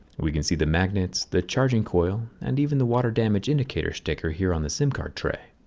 we can see the magnets, the charging coil, and even the water damage indicator sticker here on the sim card tray.